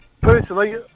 Personally